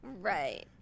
Right